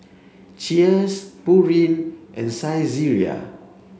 cheers Pureen and Saizeriya